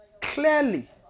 clearly